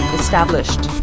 established